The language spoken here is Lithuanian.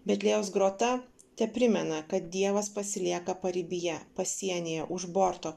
betliejaus grota teprimena kad dievas pasilieka paribyje pasienyje už borto